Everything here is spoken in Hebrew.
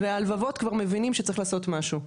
הלבבות כבר מבינים שצריך לעשות משהו,